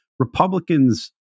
Republicans